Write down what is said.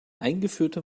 eingeführte